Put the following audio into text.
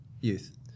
youth